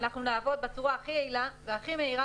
אנחנו נעבוד בצורה הכי יעילה והכי מהירה